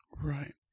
Right